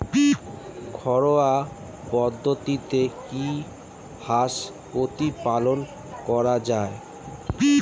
ঘরোয়া পদ্ধতিতে কি হাঁস প্রতিপালন করা যায়?